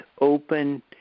open